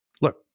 Look